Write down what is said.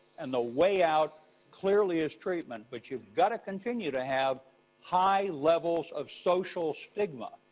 and the way out clearly is treatment, but you've got to continue to have high levels of social stigma.